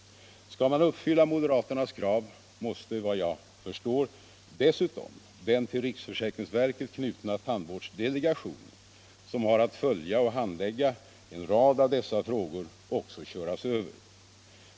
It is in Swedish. Skall man uppfylla moderaternas krav måste, vad jag förstår, dessutom den till riksförsäkringsverket knutna tandvårdsdelegationen, som har att följa och handlägga en rad av dessa frågor, också köras över.